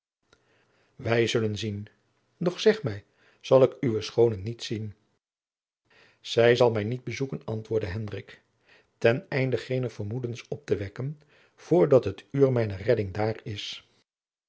wij zullen zien doch zeg mij zal ik uwe schoone niet zien zij zal mij niet bezoeken antwoordde hendrik ten einde geene vermoedens op te wekken voor dat het uur mijner redding daar is